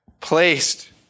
placed